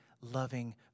loving